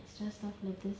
extra stuff like this